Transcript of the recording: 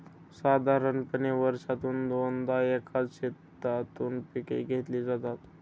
साधारणपणे वर्षातून दोनदा एकाच शेतातून पिके घेतली जातात